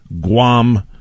Guam